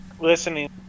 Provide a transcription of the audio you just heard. listening